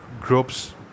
groups